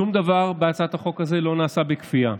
שום דבר בהצעת החוק הזאת לא נעשה בכפייה.